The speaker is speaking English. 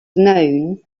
known